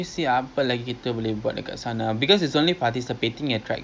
we can take cable car if you want cable car is twenty token